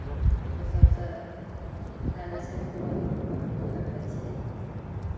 ओ सभसँ भए जाइ छै दिक्कत देखै छियै